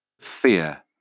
Fear